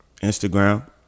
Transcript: Instagram